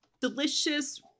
delicious